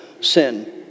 sin